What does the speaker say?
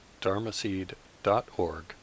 dharmaseed.org